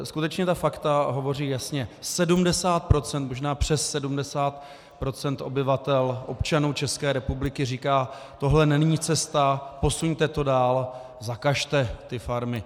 Skutečně ta fakta hovoří jasně: 70 %, možná přes 70 % obyvatel, občanů České republiky, říká, tohle není cesta, posuňte to dál, zakažte ty farmy.